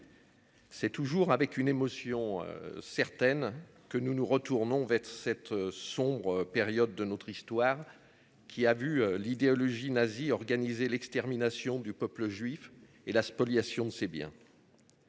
C'est toujours avec une émotion certaine que nous nous retournons vers cette sombre période de notre histoire qui a vu l'idéologie nazi organisé l'extermination du peuple juif et la spoliation, c'est bien.